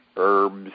herbs